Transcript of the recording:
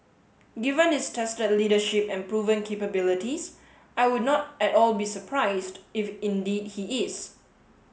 given his tested leadership and proven capabilities I would not at all be surprised if indeed he is